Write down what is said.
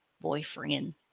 boyfriend